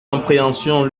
appréhension